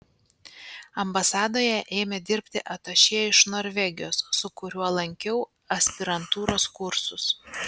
ambasadoje ėmė dirbti atašė iš norvegijos su kuriuo lankiau aspirantūros kursus